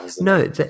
No